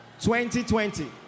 2020